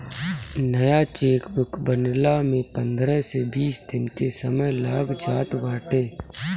नया चेकबुक बनला में पंद्रह से बीस दिन के समय लाग जात बाटे